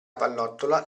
pallottola